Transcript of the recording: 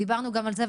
דיברנו גם על זה,